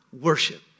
worship